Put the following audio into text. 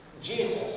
Jesus